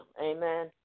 Amen